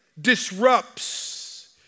disrupts